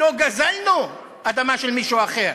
לא גזלנו אדמה של מישהו אחר,